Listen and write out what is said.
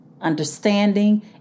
understanding